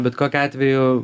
bet kokiu atveju